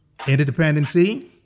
interdependency